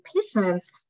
patients